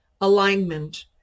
alignment